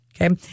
Okay